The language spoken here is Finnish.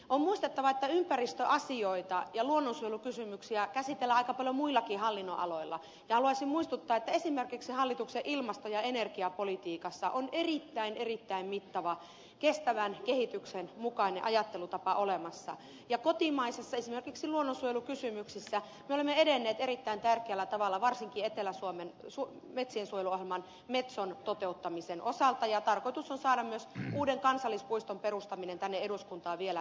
on muistettava että ympäristöasioita ja luonnonsuojelukysymyksiä käsitellään aika paljon muillakin hallinnonaloilla ja haluaisin muistuttaa että esimerkiksi hallituksen ilmasto ja energiapolitiikassa on erittäin erittäin mittava kestävän kehityksen mukainen ajattelutapa olemassa ja esimerkiksi kotimaisissa luonnonsuojelukysymyksissä me olemme edenneet erittäin tärkeällä tavalla varsinkin etelä suomen metsiensuojeluohjelman metson toteuttamisen osalta ja tarkoitus on saada myös uuden kansallispuiston perustaminen tänne eduskuntaan vielä ennen kesää